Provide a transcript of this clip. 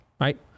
right